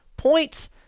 points